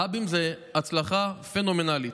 ההאבים הם הצלחה פנומנלית.